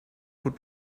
would